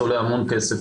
זה עולה המון כסף,